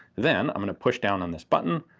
then i'm gonna push down on this button,